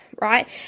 Right